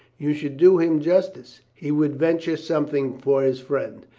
you should do him justice. he would venture something for his friend.